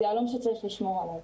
זה יהלום שצריך לשמור עליו.